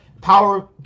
Power